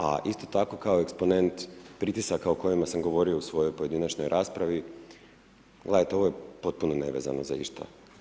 A isto tako kao eksponent pritisaka o kojima sam govorio u svojoj pojedinačnoj raspravi, gledajte ovo je potpuno nevezano za ništa.